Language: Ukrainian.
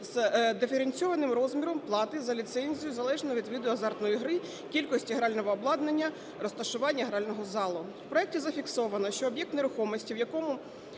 з диференційованим розміром плати за ліцензію залежно від виду азартної гри, кількості грального обладнання, розташування грального залу. У проекті зафіксовано, що об'єкт нерухомості, в якому